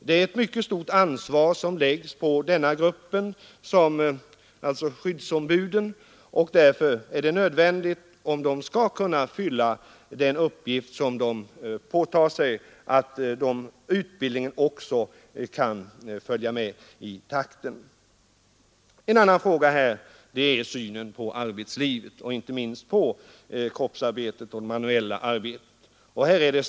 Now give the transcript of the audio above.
Det är ett mycket stort ansvar som läggs på skyddsombuden, och om de skall kunna fylla den uppgift som de påtar sig är det nödvändigt att utbildningen följer med. En annan fråga är synen på kroppsarbetet och det manuella arbetet.